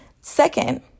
Second